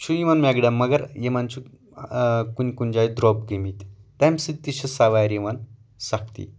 چھُ یِمن میکڈم مگر یِمن چھُ کُنہِ کُنہِ جایہِ دۄب گمٕتۍ تَمہِ سۭتۍ تہِ چھِ چھِ سوارِ یِوان سختی